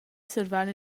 survain